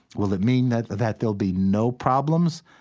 will it mean that that there'll be no problems,